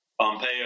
Pompeo